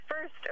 first